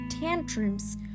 tantrums